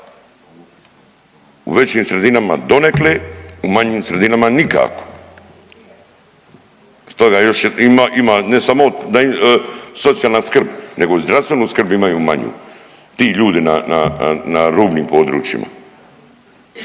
U većim sredinama donekle, u manjim sredinama nikako. Toga još ima ne samo socijalna skrb, nego i zdravstvenu skrb imaju manju ti ljudi na rubnim područjima.